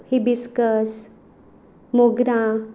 hibiscus मोगरां